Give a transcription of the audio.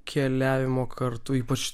keliavimo kartu ypač